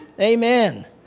Amen